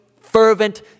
fervent